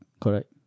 Correct